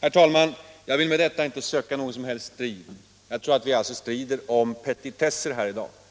Herr talman! Jag vill med detta inte söka någon strid. Jag tror att vi strider om petitesser här i dag.